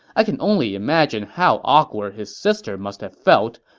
i can only imagine how awkward his sister must have felt,